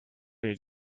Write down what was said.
did